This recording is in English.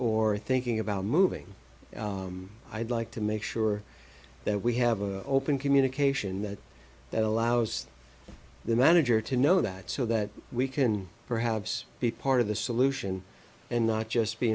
or thinking about moving i'd like to make sure that we have a open communication that allows the manager to know that so that we can perhaps be part of the solution and not just be